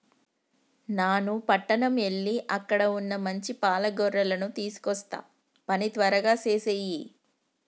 నాను పట్టణం ఎల్ల అక్కడ వున్న మంచి పాల గొర్రెలను తీసుకొస్తా పని త్వరగా సేసేయి